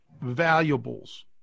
Valuables